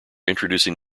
introducing